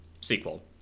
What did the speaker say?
sequel